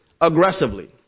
aggressively